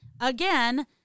again